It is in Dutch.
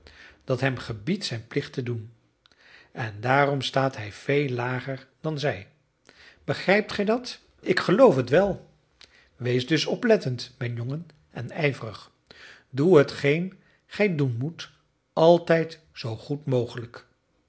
dat hem gebiedt zijn plicht te doen en daarom staat hij veel lager dan zij begrijpt gij dat ik geloof het wel wees dus oplettend mijn jongen en ijverig doe hetgeen gij doen moet altijd zoo goed mogelijk